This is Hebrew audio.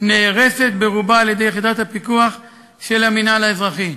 נהרסת ברובה על-ידי יחידת הפיקוח של המינהל האזרחי.